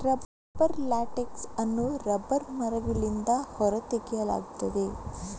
rubber latex ಅನ್ನು rubber ಮರಗಳಿಂದ ಹೊರ ತೆಗೆಯಲಾಗುತ್ತದೆ